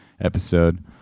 episode